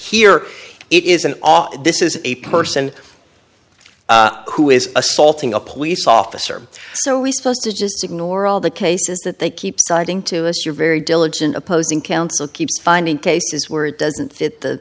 here it is an off this is a person who is assaulting a police officer so we supposed to just ignore all the cases that they keep citing to us your very diligent opposing counsel keeps finding cases where it doesn't fit the